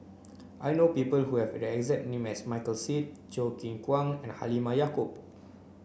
I know people who have the exact name Michael Seet Choo Keng Kwang and Halimah Yacob